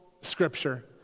scripture